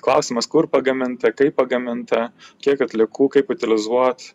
klausimas kur pagaminta daiktai pagaminta kiek atliekų kaip utilizuot